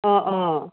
অ অ